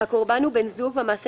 "(6א)הקורבן הוא בן זוג והמעשה